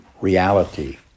reality